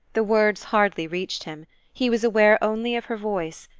the words hardly reached him he was aware only of her voice,